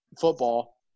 football